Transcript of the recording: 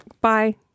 bye